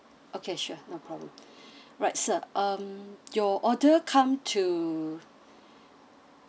okay sure no problem right sir um your order come to